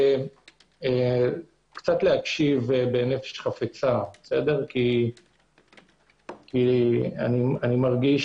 קצת להקשיב בנפש חפצה, כי אני מרגיש